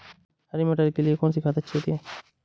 हरी मटर के लिए कौन सी खाद अच्छी होती है?